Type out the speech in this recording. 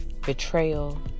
Betrayal